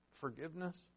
forgiveness